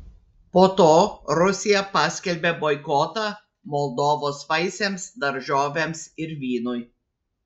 po to rusija paskelbė boikotą moldovos vaisiams daržovėms ir vynui